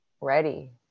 ready